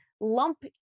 lump